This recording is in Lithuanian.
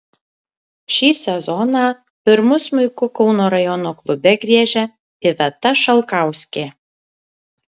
šį sezoną pirmu smuiku kauno rajono klube griežia iveta šalkauskė